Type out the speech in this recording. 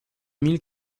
mille